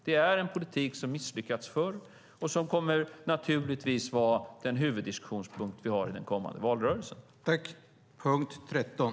Det är en politik som misslyckats förr, och detta kommer naturligtvis att vara en huvuddiskussionspunkt i den kommande valrörelsen.